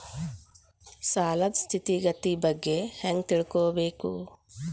ಸಾಲದ್ ಸ್ಥಿತಿಗತಿ ಬಗ್ಗೆ ಹೆಂಗ್ ತಿಳ್ಕೊಬೇಕು?